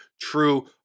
true